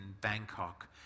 Bangkok